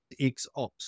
XOps